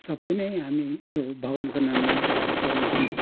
सबै नै हामी त्यो भगवान्को नाममै हामी चढाउँछौँ